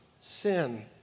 sin